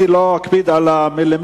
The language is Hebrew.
אני לא אקפיד על המילימטר,